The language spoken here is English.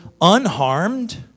unharmed